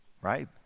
right